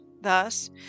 Thus